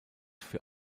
für